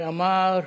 ואמר: